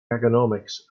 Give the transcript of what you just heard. economics